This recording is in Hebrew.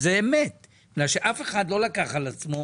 וזה אמת מפני שאף אחד לא לקח על עצמו,